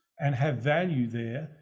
and have value there,